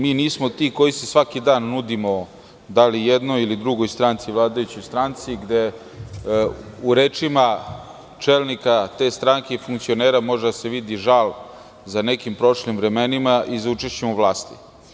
Mi nismo ti koji se svaki dan nudimo da li jednoj, da li drugoj vladajućoj stranci, gde u rečima čelnika te stranke i funkcionera može da se vidi žal za nekim prošlim vremenima i za učešćem u vlasti.